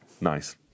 Nice